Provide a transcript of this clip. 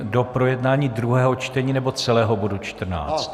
Do projednání druhého čtení, nebo celého bodu 14?